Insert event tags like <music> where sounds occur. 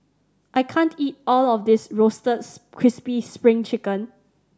I can't eat all of this roasted <unintelligible> crispy Spring Chicken